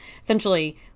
essentially